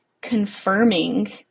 confirming